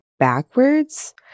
backwards